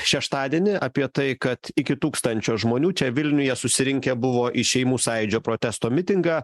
šeštadienį apie tai kad iki tūkstančio žmonių čia vilniuje susirinkę buvo į šeimų sąjūdžio protesto mitingą